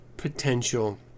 potential